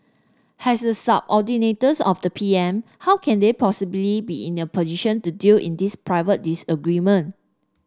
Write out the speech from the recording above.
has the subordinates of the P M how can they possibly be in a position to deal in this private disagreement